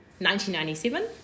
1997